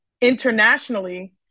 internationally